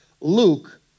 Luke